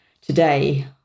today